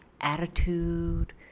attitude